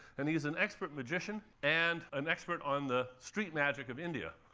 and he's an expert magician, and an expert on the street magic of india,